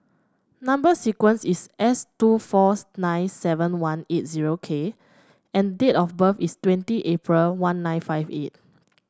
number sequence is S two four nine seven one eight zero K and date of birth is twenty April one nine five eight